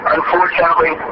Unfortunately